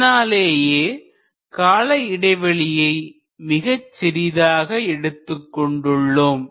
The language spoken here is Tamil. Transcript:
இதனாலேயே கால இடைவெளியை மிகச் சிறிதாக எடுத்துக் கொண்டுள்ளோம்